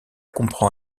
comprend